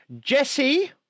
Jesse